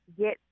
get